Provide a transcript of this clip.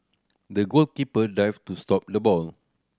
the goalkeeper dived to stop the ball